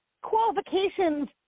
qualifications